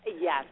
Yes